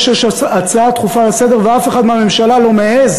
שיש הצעה דחופה לסדר-היום ואף אחד מהממשלה לא מעז